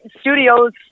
studios